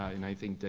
i think, that